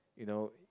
you know